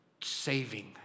saving